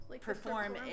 perform